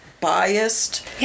biased